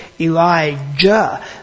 Elijah